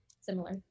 similar